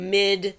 mid